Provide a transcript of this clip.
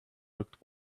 looked